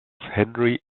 henry